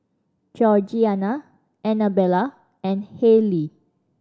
Georgiana Annabella and Hayley